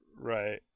Right